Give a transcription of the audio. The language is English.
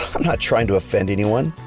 i'm not trying to offend anyone,